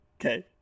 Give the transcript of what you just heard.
Okay